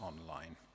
online